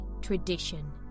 tradition